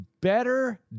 better